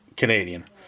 Canadian